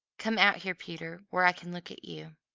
come out here, peter, where i can look at you,